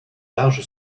large